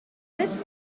this